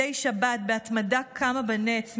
מדי שבת בהתמדה קמה בנץ,